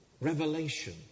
revelation